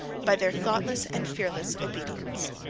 by their thoughtless and fearless obedience.